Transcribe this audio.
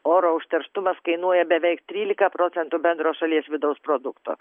oro užterštumas kainuoja beveik trylika procentų bendro šalies vidaus produkto